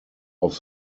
off